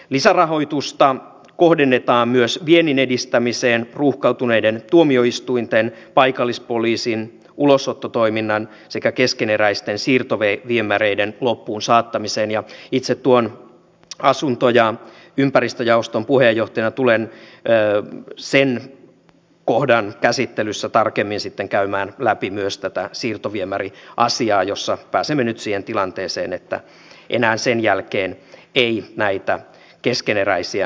lisärahoitusta kohdennetaan myös vienninedistämiseen ruuhkautuneiden tuomioistuinten paikallispoliisin ulosottotoiminnan sekä keskeneräisten siirtoviemäreiden loppuun saattamiseen ja itse tuon asunto ja ympäristöjaoston puheenjohtajana tulen sen kohdan käsittelyssä tarkemmin sitten käymään läpi myös tätä siirtoviemäriasiaa jossa pääsemme nyt siihen tilanteeseen että enää sen jälkeen ei näitä keskeneräisiä siirtoviemäritöitä ole